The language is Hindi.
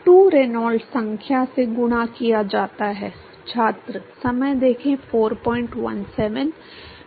2 रेनॉल्ड्स संख्या से गुणा किया जाता है